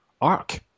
arc